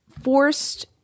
forced